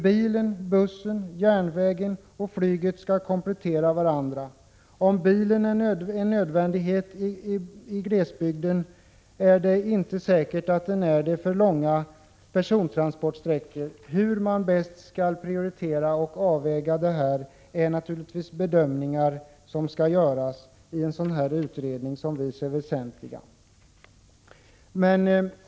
Bilen, bussen, järnvägen och flyget skall komplettera varandra. Om bilen är en nödvändighet i glesbygden, är det inte säkert att den är lika nödvändig för persontransport på långa sträckor. Hur man bäst skall prioritera och avväga detta är bedömningar som vi ser som " väsentliga och som skall göras av utredningen.